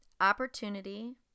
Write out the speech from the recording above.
Opportunity